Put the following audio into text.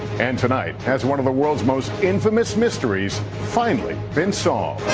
and tonight has one of the world's most infamous mysteries finally been solved?